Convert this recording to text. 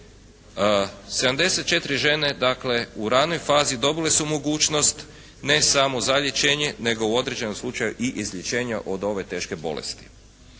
74 žene dakle u ranoj fazi dobile su mogućnost ne samo zalječenja nego u određenom slučaju i izlječenja od ove teške bolesti.